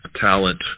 talent